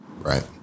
Right